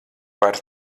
par